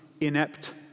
inept